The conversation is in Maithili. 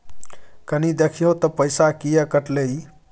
कनी देखियौ त पैसा किये कटले इ?